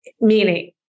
Meaning